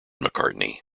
mccartney